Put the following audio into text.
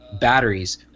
batteries